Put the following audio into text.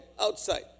outside